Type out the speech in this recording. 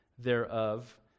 thereof